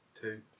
Two